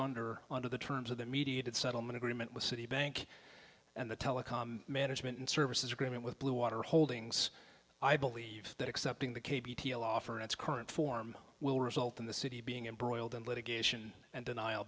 under under the terms of the mediated settlement agreement with citibank and the telecom management services agreement with blue water holdings i believe that accepting the offer in its current form will result in the city being embroiled in litigation and denial